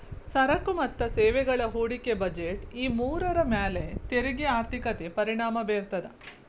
ಸರಕು ಮತ್ತ ಸೇವೆಗಳ ಹೂಡಿಕೆ ಬಜೆಟ್ ಈ ಮೂರರ ಮ್ಯಾಲೆ ತೆರಿಗೆ ಆರ್ಥಿಕತೆ ಪರಿಣಾಮ ಬೇರ್ತದ